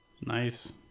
nice